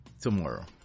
tomorrow